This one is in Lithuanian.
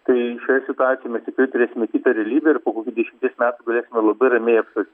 tai šioje situacijoje mes tikrai turėsime kitą realybę ir po kokių dešimties metų galėsime labai ramiai apsvarstyti